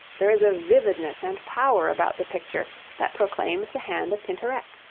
there is a vividness and power about the picture that proclaims the hand of tintoret.